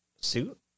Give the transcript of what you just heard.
suit